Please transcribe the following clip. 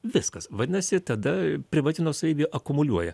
viskas vadinasi tada privati nuosavybė akumuliuoja